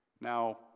Now